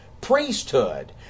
priesthood